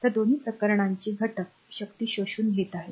तर दोन्ही प्रकरणांचे घटक शक्ती शोषून घेत आहेत